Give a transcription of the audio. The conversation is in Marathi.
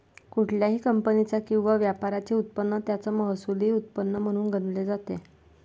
कुठल्याही कंपनीचा किंवा व्यापाराचे उत्पन्न त्याचं महसुली उत्पन्न म्हणून गणले जाते